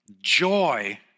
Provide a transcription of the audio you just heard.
joy